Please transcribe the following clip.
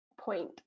point